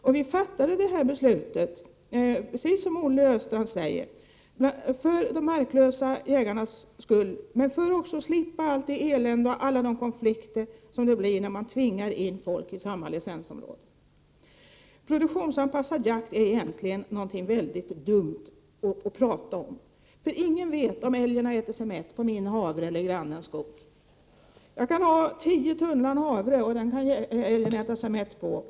Vi har fattat det här beslutet — precis som Olle Östrand säger — för de marklösa jägarnas skull, men också för att slippa allt det elände och alla de konflikter som uppstår när man tvingar in folk i samma licensområde. Det är egentligen mycket dumt att tala om produktionsanpassad jakt. Ingen vet ju om älgen har ätit sig mätt på min havre eller på grannens skog. Jag kan ha 10 tunnland havre, och den kan älgen äta sig mätt på.